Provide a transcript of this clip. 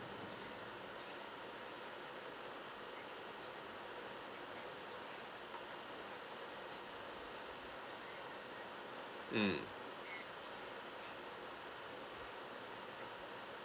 mm